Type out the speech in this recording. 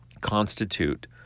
constitute